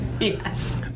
Yes